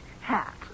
hat